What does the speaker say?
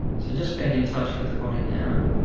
so just being in touch with the body now,